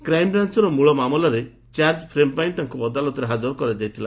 crime ବ୍ରାଞ୍ଚର ମୂଳ ମାମଲାରେ ଚାର୍ଜଫ୍ରେମ୍ ପାଇଁ ତାଙ୍କୁ ଅଦାଲତରେ ହାଜର କରାଯାଇଥିଲା